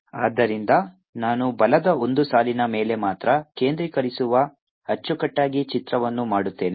ಆದ್ದರಿಂದ ನಾನು ಬಲದ ಒಂದು ಸಾಲಿನ ಮೇಲೆ ಮಾತ್ರ ಕೇಂದ್ರೀಕರಿಸುವ ಅಚ್ಚುಕಟ್ಟಾಗಿ ಚಿತ್ರವನ್ನು ಮಾಡುತ್ತೇನೆ